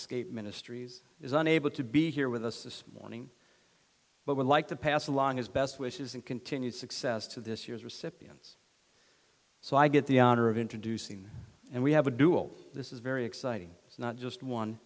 skate ministries is unable to be here with us this morning but would like to pass along his best wishes and continued success to this year's recipients so i get the honor of introducing and we have a duel this is very exciting it's not just one